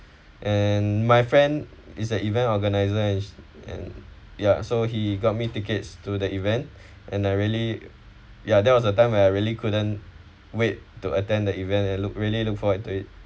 and my friend is the event organisers and and ya so he got me tickets to the event and I really ya there was a time when I really couldn't wait to attend the event and look really look forward to it